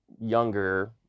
younger